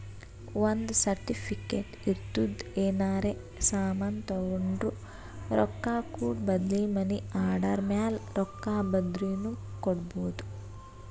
ಒಂದ್ ಸರ್ಟಿಫಿಕೇಟ್ ಇರ್ತುದ್ ಏನರೇ ಸಾಮಾನ್ ತೊಂಡುರ ರೊಕ್ಕಾ ಕೂಡ ಬದ್ಲಿ ಮನಿ ಆರ್ಡರ್ ಮ್ಯಾಲ ರೊಕ್ಕಾ ಬರ್ದಿನು ಕೊಡ್ಬೋದು